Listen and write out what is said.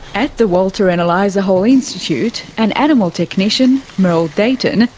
at the walter and eliza hall institute an animal technician, merle dayton,